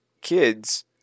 kids